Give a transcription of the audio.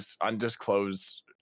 undisclosed